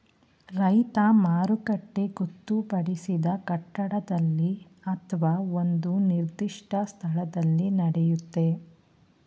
ರೈತ ಮಾರುಕಟ್ಟೆ ಗೊತ್ತುಪಡಿಸಿದ ಕಟ್ಟಡದಲ್ಲಿ ಅತ್ವ ಒಂದು ನಿರ್ದಿಷ್ಟ ಸ್ಥಳದಲ್ಲಿ ನಡೆಯುತ್ತೆ